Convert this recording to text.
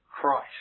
Christ